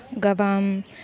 गवां